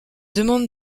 demande